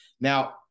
Now